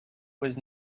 was